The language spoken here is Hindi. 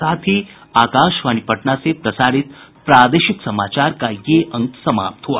इसके साथ ही आकाशवाणी पटना से प्रसारित प्रादेशिक समाचार का ये अंक समाप्त हुआ